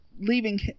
leaving